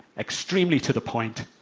extremely to the point,